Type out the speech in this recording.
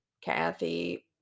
Kathy